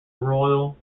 royal